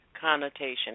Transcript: connotation